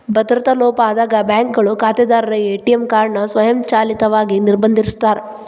ಭದ್ರತಾ ಲೋಪ ಆದಾಗ ಬ್ಯಾಂಕ್ಗಳು ಖಾತೆದಾರರ ಎ.ಟಿ.ಎಂ ಕಾರ್ಡ್ ನ ಸ್ವಯಂಚಾಲಿತವಾಗಿ ನಿರ್ಬಂಧಿಸಿರ್ತಾರ